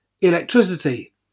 electricity